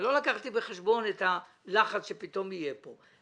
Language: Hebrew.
לא לקחתי בחשבון את הלחץ שפתאום יהיה כאן.